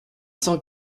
cent